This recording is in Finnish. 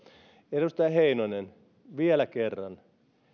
edustaja heinonen vielä kerran